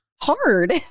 hard